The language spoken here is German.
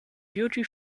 duty